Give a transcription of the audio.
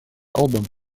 album